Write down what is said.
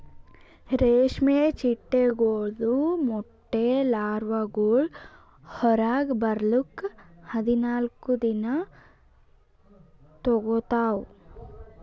ರೇಷ್ಮೆ ಚಿಟ್ಟೆಗೊಳ್ದು ಮೊಟ್ಟೆ ಲಾರ್ವಾಗೊಳ್ ಹೊರಗ್ ಬರ್ಲುಕ್ ಹದಿನಾಲ್ಕು ದಿನ ತೋಗೋತಾವ್